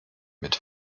mit